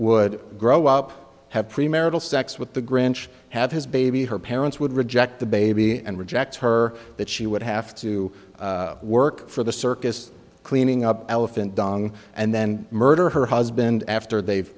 would grow up have premarital sex with the grinch had his baby her parents would reject the baby and reject her that she would have to work for the circus cleaning up elephant dung and then murder her husband after they've